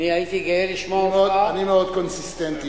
לפעמים על מעשיהם של אחרים.